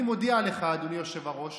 אני מודיע לך, אדוני היושב-ראש,